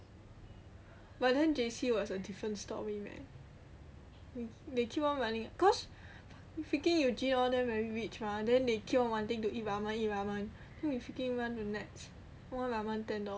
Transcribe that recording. but then J_C was a different story they keep on wanting cause freaking you J one very rich mah then they keep wanting to eat ramen eat ramen then we freaking run to NEX one ramen ten dollars